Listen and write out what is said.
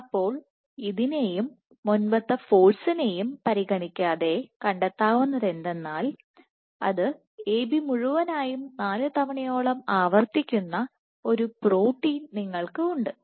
അപ്പോൾ ഇതിനെയും മുൻപത്തെ ഫോഴ്സിനെയും പരിഗണിക്കാതെ കണ്ടെത്താവുന്നന്തെന്നാൽ അത് A B മുഴുവനായും 4 തവണയോളം ആവർത്തിക്കുന്ന ഒരു പ്രോട്ടീൻ നിങ്ങൾക്ക് ഉണ്ട്